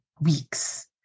weeks